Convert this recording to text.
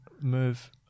move